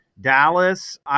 Dallas